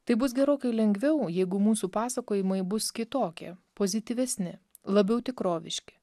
tai bus gerokai lengviau jeigu mūsų pasakojimai bus kitokie pozityvesni labiau tikroviški